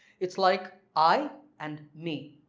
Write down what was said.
it's like i and me.